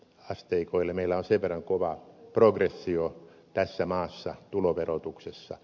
meillä on sen verran kova progressio tässä maassa tuloverotuksessa